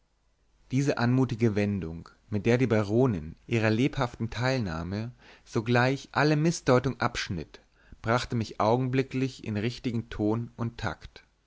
diese anmutige wendung mit der die baronin ihrer lebhaften teilnahme sogleich alle mißdeutung abschnitt brachte mich augenblicklich in richtigen ton und takt